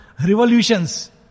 revolutions